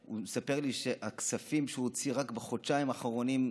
הוא מספר לי על הכספים שהוא הוציא רק בחודשיים האחרונים,